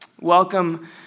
Welcome